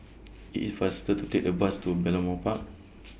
IT IS faster to Take The Bus to Balmoral Park